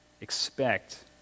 expect